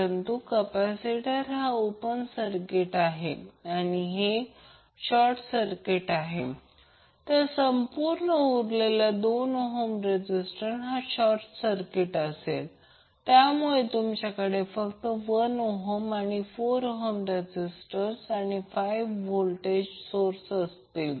परंतु कॅपॅसिटर हा open circuit आहे आणि हे शॉर्ट सर्किट आहे तर संपूर्ण उरलेला 2 ohm रेझीस्टंस हा शॉर्ट सर्किट असेल त्यामुळे तुमच्याकडे फक्त 1 ohm आणि 4 ohm रेझीस्टंस आणि 5V व्होल्टेज सोर्स राहील